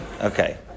Okay